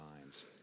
minds